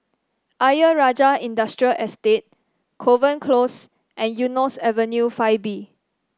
Ayer Rajah Industrial Estate Kovan Close and Eunos Avenue Five B